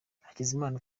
hakizimana